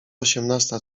osiemnasta